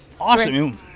Awesome